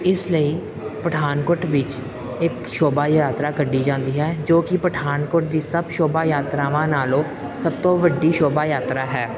ਇਸ ਲਈ ਪਠਾਨਕੋਟ ਵਿੱਚ ਇੱਕ ਸ਼ੋਭਾ ਯਾਤਰਾ ਕੱਢੀ ਜਾਂਦੀ ਹੈ ਜੋ ਕਿ ਪਠਾਨਕੋਟ ਦੀ ਸਭ ਸ਼ੋਭਾ ਯਾਤਰਾਵਾਂ ਨਾਲੋਂ ਸਭ ਤੋਂ ਵੱਡੀ ਸ਼ੋਭਾ ਯਾਤਰਾ ਹੈ